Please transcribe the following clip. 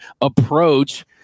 approach